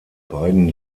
beiden